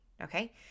okay